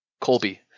Colby